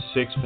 Six